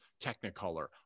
Technicolor